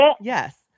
Yes